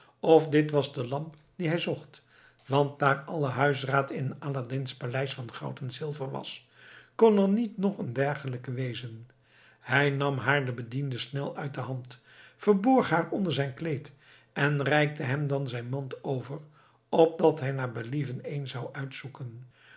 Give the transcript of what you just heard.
of dit was de lamp die hij zocht want daar alle huisraad in aladdin's paleis van goud en zilver was kon er niet nog een dergelijke wezen hij nam haar den bediende snel uit de hand verborg haar onder zijn kleed en reikte hem dan zijn mand over opdat hij naar believen een zou uitzoeken